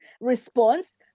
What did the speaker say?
response